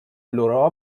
لورا